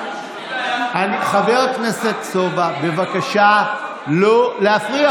אם זה היה, חבר הכנסת סובה, בבקשה לא להפריע.